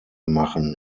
machen